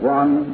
one